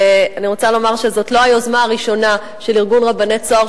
ואני רוצה לומר שזאת לא היוזמה הראשונה של ארגון רבני "צהר",